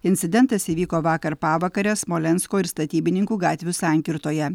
incidentas įvyko vakar pavakarę smolensko ir statybininkų gatvių sankirtoje